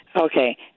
Okay